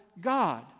God